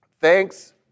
Thanks